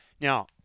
Now